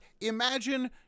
imagine